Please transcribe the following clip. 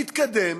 להתקדם,